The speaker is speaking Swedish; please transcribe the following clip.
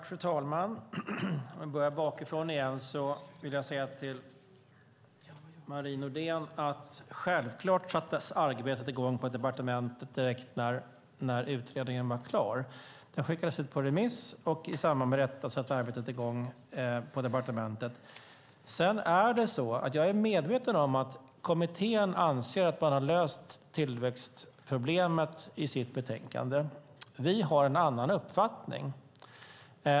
Fru talman! Låt mig börja bakifrån igen. Till Marie Nordén vill jag säga att självklart satte arbetet i gång på departementet direkt när utredningen var klar. Den skickades ut på remiss, och i samband med det påbörjades arbetet på departementet. Jag är medveten om att kommittén anser sig ha löst tillväxtproblemet i sitt betänkande. Vi har en annan uppfattning.